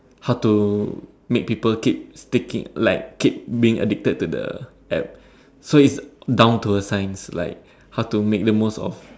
how to make people keep sticking like keep being addicted to the App so it's down to the science like how to make the most of